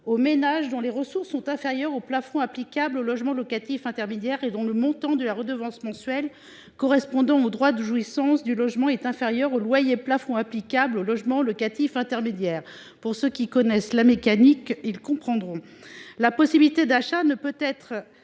aux ménages dont les ressources sont inférieures aux plafonds applicables au logement locatif intermédiaire et dont le montant de la redevance mensuelle correspondant au droit de jouissance du logement est inférieur au loyer plafond applicable au logement locatif intermédiaire – ceux qui connaissent la mécanique comprendront. La possibilité d’achat ne pourrait être